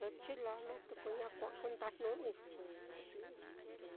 ye chilaa naá tuku ña kua'a kundajnu'ui.